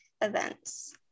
events